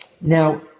Now